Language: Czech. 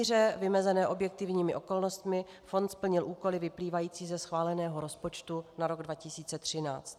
V míře vymezené objektivními okolnostmi fond splnil úkoly vyplývající ze schváleného rozpočtu na rok 2013.